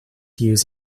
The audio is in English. use